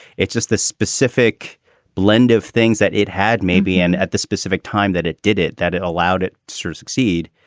it's just this specific blend of things that it had maybe and at the specific time that it did it, that it allowed it to sort of succeed.